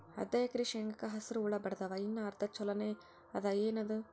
ಅರ್ಧ ಎಕರಿ ಶೇಂಗಾಕ ಹಸರ ಹುಳ ಬಡದಾವ, ಇನ್ನಾ ಅರ್ಧ ಛೊಲೋನೆ ಅದ, ಏನದು?